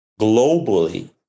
globally